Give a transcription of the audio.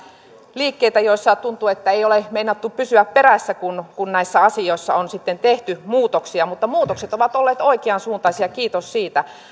liikkeitä joissa tuntuu että ei ole meinattu pysyä perässä kun kun näissä asioissa on sitten tehty muutoksia mutta muutokset ovat olleet oikeansuuntaisia kiitos siitä